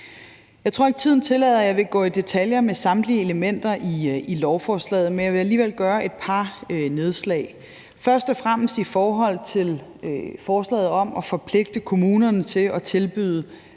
Jeg tror ikke, tiden tillader at gå i detaljer med samtlige elementer i lovforslaget, men jeg vil alligevel gøre et par nedslag. Det er først og fremmest i forhold til forslaget om at forpligte kommunerne til at tilbyde